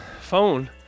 phone